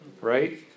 right